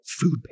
food